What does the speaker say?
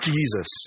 Jesus